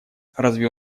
разве